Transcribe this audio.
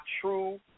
true